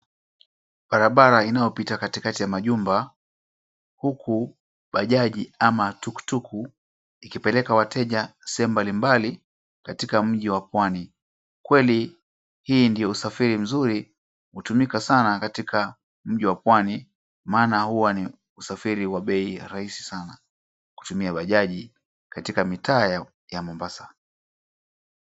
Barabara inayopita katikakati ya majumba huku bajaji ama tukutuku ikipeleka wateja sehemu mbali mbali katika mji wa Pwani. Kweli hii ndio usafiri mzuri hutumika sana katika mji wa Pwani maana huwa ni usafiri wa bei rahisi sana kutumia bajaji katika mtaa ya Mombasa.